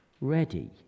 ready